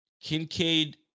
Kincaid